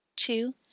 Two